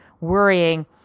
worrying